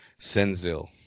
Senzil